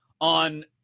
on